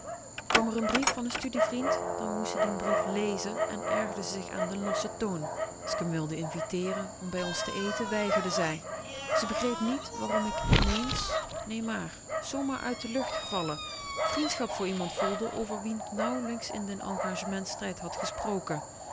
kwam r n brief van n studievriend dan moest ze dien brief lezen en ergerde zich aan den lossen toon als k m wilde inviteeren om bij ons te eten weigerde zij ze begreep niet waarom ik in-eens nee maar zoo uit de lucht gevallen vriendschap voor iemand voelde over wien k r nauwelijks in den engagementstijd had gesproken